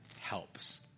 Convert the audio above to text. helps